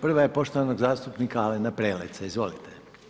Prva je poštovanog zastupnika Alena Preleca, izvolite.